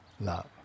love